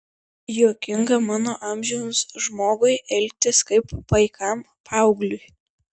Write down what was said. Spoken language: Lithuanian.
juokinga mano amžiaus žmogui elgtis kaip paikam paaugliui